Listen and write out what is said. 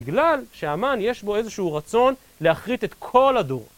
בגלל שהמן יש בו איזשהו רצון להכרית את כל הדור.